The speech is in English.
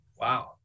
wow